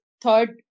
third